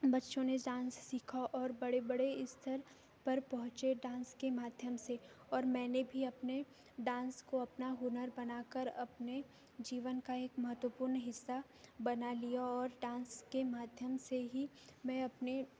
बच्चों ने डांस सीखा और बड़े बड़े स्तर पर पहुंचे डांस के माध्यम से और मैंने भी अपने डांस को अपना हुनर बनाकर अपने जीवन का एक महत्वपूर्ण हिस्सा बना लिया और डांस के माध्यम से ही मैं अपने